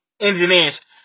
engineers